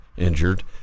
injured